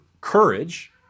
courage